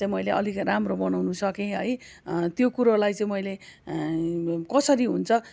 चाहिँ मैले अलिक राम्रो बनाउनु सकेँ है त्यो कुरोलाई चाहिँ मैले कसरी हुन्छ